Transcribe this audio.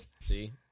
See